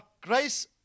grace